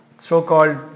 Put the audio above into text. so-called